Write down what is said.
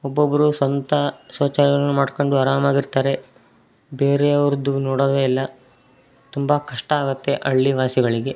ಒಬ್ಬೊಬ್ಬರು ಸ್ವಂತ ಶೌಚಾಲಯಗಳನ್ನು ಮಾಡಿಕೊಂಡು ಆರಾಮಾಗಿ ಇರ್ತಾರೆ ಬೇರೆಯವ್ರದ್ದು ನೋಡೋದೇ ಇಲ್ಲ ತುಂಬ ಕಷ್ಟ ಆಗುತ್ತೆ ಹಳ್ಳಿವಾಸಿಗಳಿಗೆ